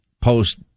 post